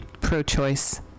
Pro-Choice